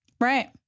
Right